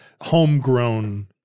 homegrown